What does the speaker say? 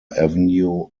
avenue